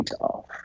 off